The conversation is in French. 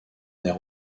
air